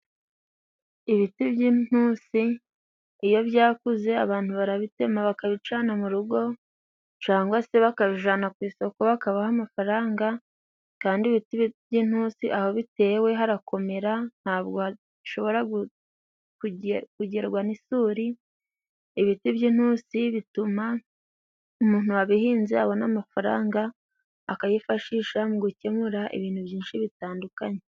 Ibiti by'intusi iyo byakuze abantu barabitema bakabicana mu rugo cangwa se bakabijana ku isoko bakabaha amafaranga kandi ibiti by'intunsi aho bitewe harakomera ntabwo hashobora kugerwa n'isuri. Ibiti by'intusi bituma umuntu wabihinze abona amafaranga akayifashisha mu gukemura ibintu byinshi bitandukanye.